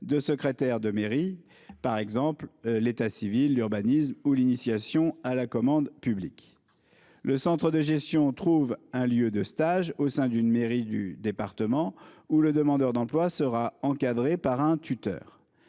de secrétaire de mairie, comme l'état civil, l'urbanisme ou l'initiation à la commande publique. Le centre de gestion trouve un lieu de stage au sein d'une mairie du département, où le demandeur d'emploi sera encadré par un tuteur.